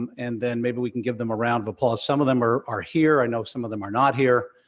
and then maybe we can give them a round of applause. some of them are are here, i know some of them are not here.